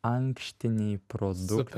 ankštiniai produktai